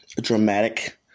dramatic